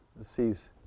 sees